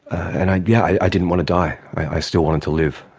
and i yeah i didn't want to die, i still wanted to live,